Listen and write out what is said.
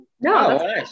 No